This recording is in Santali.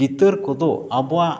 ᱪᱤᱛᱟᱹᱨ ᱠᱚᱫᱚ ᱟᱵᱚᱣᱟᱜ